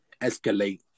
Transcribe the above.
escalate